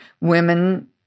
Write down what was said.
women